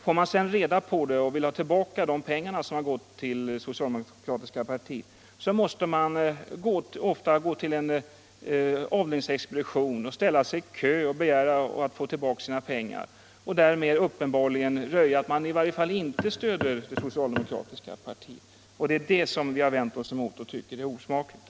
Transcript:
Får man sedan reda på förhållandet och vill ha tillbaka de pengar som gått till det socialdemokratiska partiet måste man ofta vända sig till en expedition och ställa sig i kö, och därmed röjer man i varje fall att man inte stödjer det socialdemokratiska partiet. Det är det som vi har vänt oss emot och tycker är osmakligt.